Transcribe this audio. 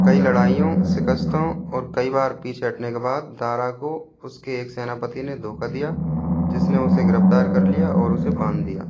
कई लड़ाइयों शिकस्तों और कई बार पीछे हटने के बाद दारा को उसके एक सेनापति ने धोखा दिया जिसने उसे गिरफ़्तार कर लिया और उसे बांध दिया